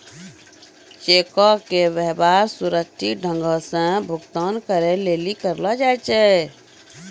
चेको के व्यवहार सुरक्षित ढंगो से भुगतान करै लेली करलो जाय छै